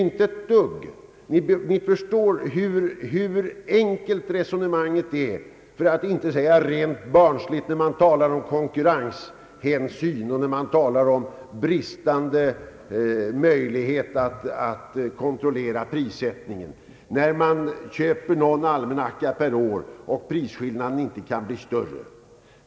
Ni förstår hur enkelt, för att inte säga rent barnsligt resonemanget är när man talar om konkurrenshänsyn, bristande möjligheter att kontrollera prissättningen etc. Vi kun der köper ju bara någon enstaka almanacka per år, och prisskillnaden är inte större än vad jag här nämnt.